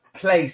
place